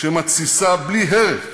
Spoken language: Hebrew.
שמתסיסה בלי הרף